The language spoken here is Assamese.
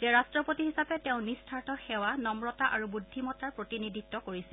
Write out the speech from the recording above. যে ৰট্টপতি হিচাপে তেওঁ নিঃস্বাৰ্থ সেৱা নম্ৰতা আৰু বুদ্ধিমত্তাৰ প্ৰতিনিধিত্ব কৰিছিল